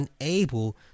unable